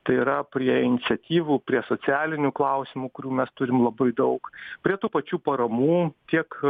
tai yra prie iniciatyvų prie socialinių klausimų kurių mes turim labai daug prie tų pačių paramų tiek